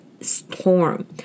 storm